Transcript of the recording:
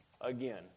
again